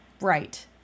Right